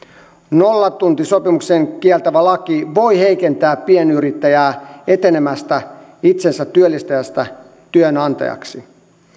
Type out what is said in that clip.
nollatuntisopimuksen kieltävä laki voi heikentää pienyrittäjää etenemästä itsensätyöllistäjästä työnantajaksi